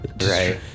Right